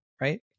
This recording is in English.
right